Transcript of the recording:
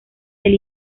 del